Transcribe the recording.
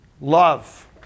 Love